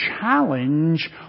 challenge